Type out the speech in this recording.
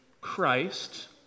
Christ